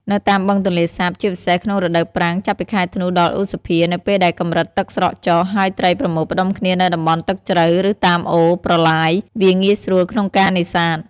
នៅតាមបឹងទន្លេសាប ជាពិសេសក្នុងរដូវប្រាំង ចាប់ពីខែធ្នូ ដល់ឧសភា នៅពេលដែលកម្រិតទឹកស្រកចុះ ហើយត្រីប្រមូលផ្តុំគ្នានៅតំបន់ទឹកជ្រៅ ឬតាមអូរ ប្រឡាយ វាងាយស្រួលក្នុងការនេសាទ។